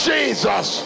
Jesus